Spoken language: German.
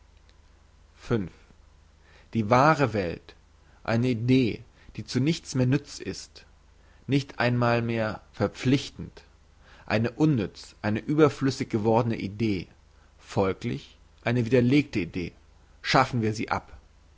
die wahre welt eine idee die zu nichts mehr nütz ist nicht einmal mehr verpflichtend eine unnütz eine überflüssig gewordene idee folglich eine widerlegte idee schaffen wir sie ab